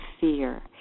fear